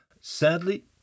Sadly